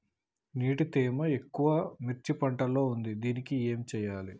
నీటి తేమ ఎక్కువ మిర్చి పంట లో ఉంది దీనికి ఏం చేయాలి?